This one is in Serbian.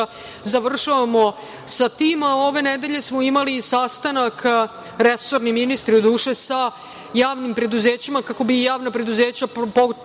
završavamo sa tim. Ove nedelje smo imali i sastanak sa resornim ministrom, doduše sa javnim preduzećima kako bi javna preduzeća